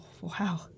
wow